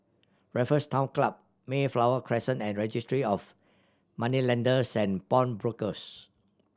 Raffles Town Club Mayflower Crescent and Registry of Moneylenders and Pawnbrokers